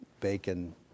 Bacon